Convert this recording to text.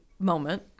Moment